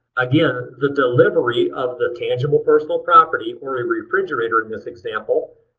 again, the delivery of the tangible personal property, or a refrigerator in this example,